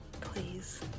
Please